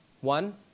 One